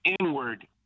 inward